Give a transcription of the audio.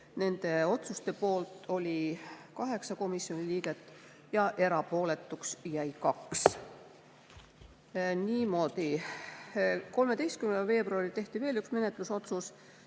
Nende otsuste poolt oli 8 komisjoni liiget ja erapooletuks jäi 2. Niimoodi.13. veebruaril tehti veel üks menetlusotsus.